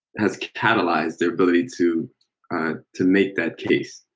has catalyzed the ability to to make that case?